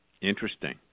Interesting